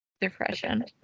depression